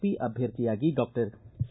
P ಅಭ್ಯರ್ಥಿಯಾಗಿ doctor C